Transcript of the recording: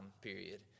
period